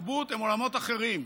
תרבות הם עולמות אחרים.